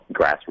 grassroots